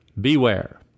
Beware